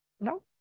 no